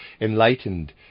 enlightened